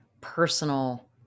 personal